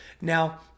Now